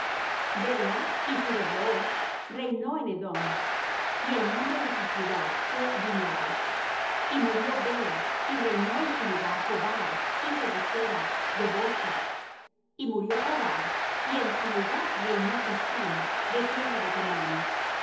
bela hijo de beor reinó en edom y el nombre de su ciudad fué dinaba y murió bela y reinó en su lugar jobab hijo de zera de bosra y murió jobab y en su lugar reinó husam de tierra de temán